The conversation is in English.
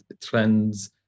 trends